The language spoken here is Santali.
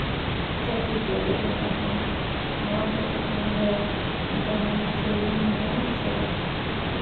ᱟᱪᱪᱷᱟ ᱴᱷᱤᱠ ᱜᱮᱭᱟ ᱡᱚᱫᱤ ᱦᱮᱸ ᱠᱷᱟᱱ ᱱᱚᱣᱟ ᱠᱚ ᱪᱮᱛᱟᱱᱨᱮ ᱡᱟᱸᱦᱟᱱ ᱪᱷᱟᱹᱲ ᱤᱧ ᱧᱟᱢᱟ ᱥᱮ ᱵᱟᱝ